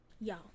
y'all